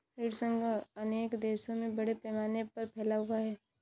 ऋण संघ अनेक देशों में बड़े पैमाने पर फैला हुआ है